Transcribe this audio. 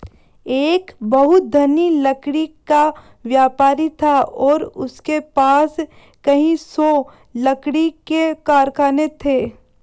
एक बहुत धनी लकड़ी का व्यापारी था और उसके पास कई सौ लकड़ी के कारखाने थे